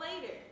later